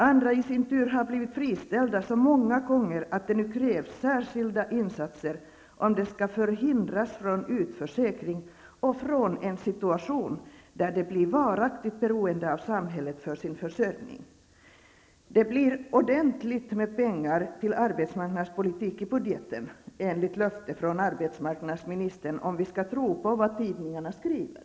Andra har blivit friställda så många gånger att det nu krävs särskilda insatser för att förhindra att de blir utförsäkrade och hamnar i en situation där de blir varaktigt beroende av samhället för sin försörjning. Det blir ordentligt med pengar till arbetsmarknadsbudgeten enligt löfte från arbetsmarknadsministern, om vi nu skall tro på vad tidningarna skriver.